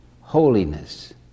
holiness